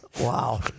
Wow